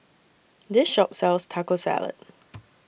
This Shop sells Taco Salad